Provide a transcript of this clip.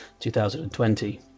2020